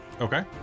Okay